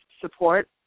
support